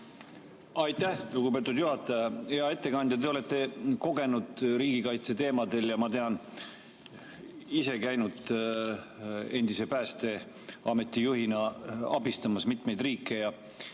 Aitäh, lugupeetud juhataja! Hea ettekandja! Te olete kogenud riigikaitse teemadel, ma tean, ja ise käinud endise Päästeameti juhina abistamas mitmeid riike.